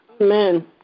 Amen